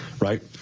Right